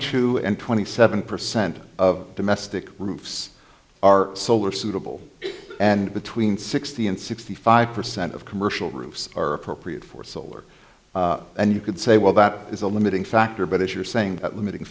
two and twenty seven percent of domestic roofs are solar suitable and between sixty and sixty five percent of commercial roofs are appropriate for solar and you could say well that is a limiting factor but if you're saying that limiting